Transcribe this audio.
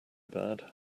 bad